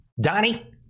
Donnie